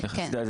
כן.